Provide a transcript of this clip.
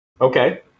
Okay